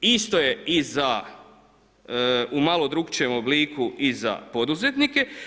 Isto je i za u malo drukčijem obliku i za poduzetnike.